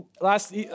last